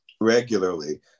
regularly